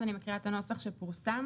אז אני מקריאה את הנוסח שפורסם,